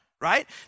Right